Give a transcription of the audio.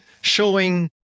showing